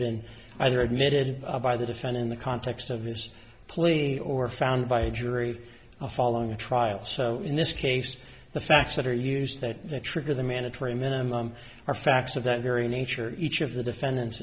been either admitted by the define in the context of this plea or found by a jury following a trial so in this case the facts that are used that trigger the mandatory minimum are facts of that very nature each of the defendant